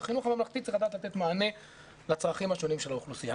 אז החינוך הממלכתי צריך לתת מענה לצרכים השונים של האוכלוסיה.